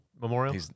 Memorial